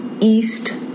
East